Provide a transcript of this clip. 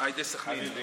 השר יובל שטייניץ,